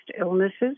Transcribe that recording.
illnesses